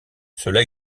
cela